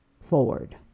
forward